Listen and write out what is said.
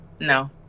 No